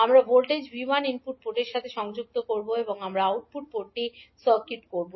আমরা voltage V 1 input পোর্টের সাথে সংযুক্ত করব এবং আমরা আউটপুট পোর্টটি সার্কিট করব